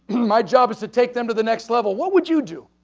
my job is to take them to the next level. what would you do?